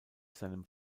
seinem